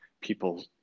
people